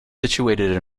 situated